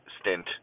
stint